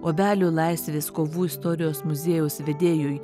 obelių laisvės kovų istorijos muziejaus vedėjui